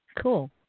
Cool